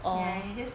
ya